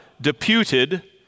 deputed